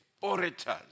orators